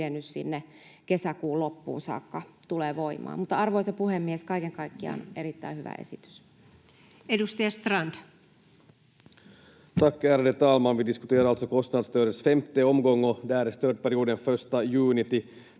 kesäkuun loppuun saakka tulee voimaan? Mutta, arvoisa puhemies, kaiken kaikkiaan erittäin hyvä esitys. [Speech